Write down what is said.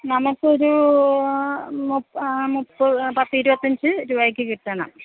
നമുക്കൊരു മുപ്പത് പത്ത് ഇരുപത്തഞ്ച് രൂപയ്ക്ക് കിട്ടണം